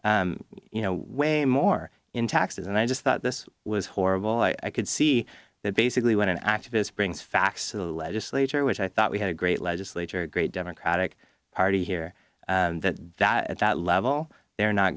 you know way more in taxes and i just thought this was horrible i could see that basically when an activist brings facts to the legislature which i thought we had a great legislature great democratic party here that at that level they're not